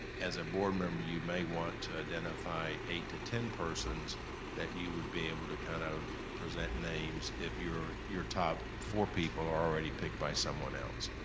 as a board member, you may want to identify eight to ten persons that you would be able to kind of present names, if your your top four people are already picked by someone else.